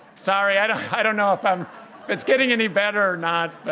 sorry. i don't i don't know if um it's getting any better or not.